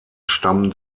stamm